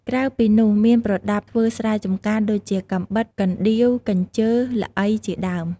ក្រៅពីនោះមានប្រដាប់ធ្វើស្រែចម្ការ ដូចជា កាំបិត កណ្ដៀវ កញ្ជើ ល្អី ជាដើម។